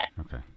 Okay